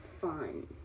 fun